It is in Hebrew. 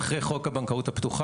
מצטרף לחוק שירות מידע פיננסי,